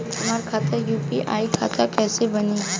हमार खाता यू.पी.आई खाता कईसे बनी?